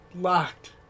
locked